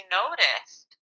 noticed